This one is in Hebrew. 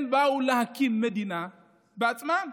הם באו להקים מדינה בעצמם.